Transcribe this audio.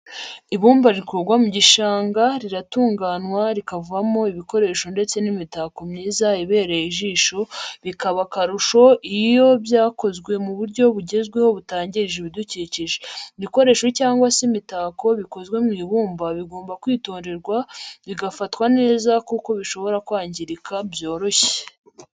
Ibumba rikurwa mu gishanga riratunganywa rikavamo ibikoresho ndetse n'imitako myiza ibereye ijisho bikaba akarusho iyo byakozwe mu buryo bugezweho butangiza ibidukikije. ibikoresho cyangwa se imitako bikozwe mu ibumba bigomba kwitonderwa bigafatwa neza kuko bishobora kwangirika byoroshye.